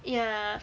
ya